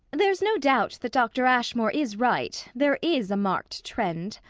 there's no doubt that dr. ashmore is right there is a marked trend,